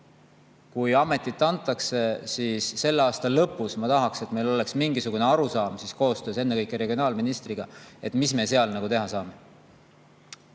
kui ametit antakse, siis selle aasta lõpus ma tahaks, et meil oleks mingisugune arusaam koostöös ennekõike regionaalministriga, mis me seal teha saame.